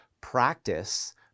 practice